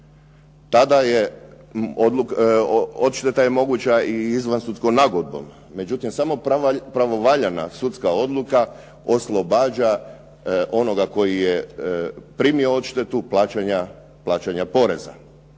odluka. Odšteta je moguća i izvansudskom nagodbom. Međutim, samo pravovaljana sudska odluka oslobađa onoga koji je primio odštetu plaćanja poreza.